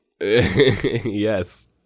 Yes